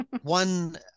one